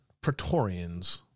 Praetorians